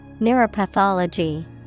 Neuropathology